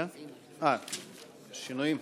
אדוני?